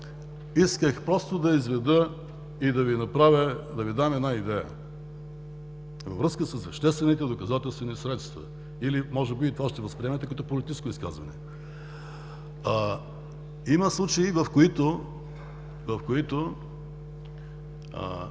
Исках просто да изведа и да Ви дам една идея във връзка с веществените доказателствени средства. Може би и това ще възприемете като политическо изказване?! Има случаи, в които